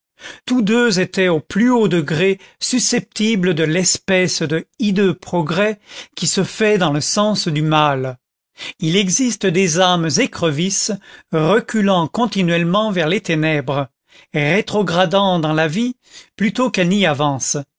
tous deux étaient au plus haut degré susceptibles de l'espèce de hideux progrès qui se fait dans le sens du mal il existe des âmes écrevisses reculant continuellement vers les ténèbres rétrogradant dans la vie plutôt qu'elles n'y avancent